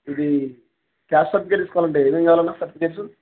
ఇది క్యాష్ సర్టిఫికేట్స్సుకోవాలండి ఏమం కావాలన్నా సర్టిఫికేట్స్